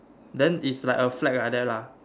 then is like a flag like that lah